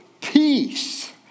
peace